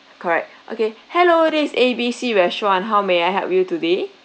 correct okay hello this is A B C restaurant how may I help you today